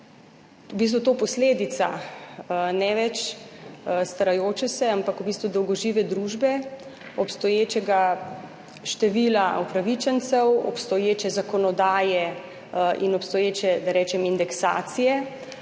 to posledica ne več starajoče se, ampak v bistvu dolgožive družbe, obstoječega števila upravičencev, obstoječe zakonodaje in obstoječe, da